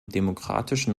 demokratischen